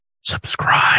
subscribe